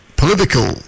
Political